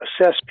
assess